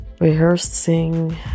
rehearsing